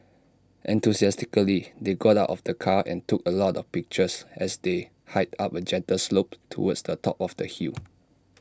enthusiastically they got out of the car and took A lot of pictures as they hiked up A gentle slope towards the top of the hill